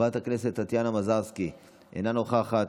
חברת הכנסת טטיאנה מזרסקי, אינה נוכחת,